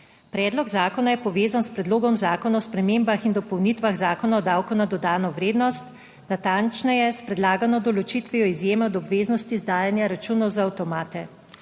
Predlog zakona je povezan s Predlogom zakona o spremembah in dopolnitvah Zakona o davku na dodano vrednost, natančneje s predlagano določitvijo izjeme od obveznosti izdajanja računov za avtomate.